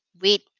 Wait